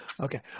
Okay